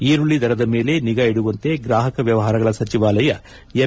ಈರುಳ್ಳಿ ದರದ ಮೇಲೆ ನಿಗಾ ಇಡುವಂತೆ ಗ್ರಾಹಕ ವ್ಯವಹಾರಗಳ ಸಚಿವಾಲಯ ಎಂ